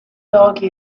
argue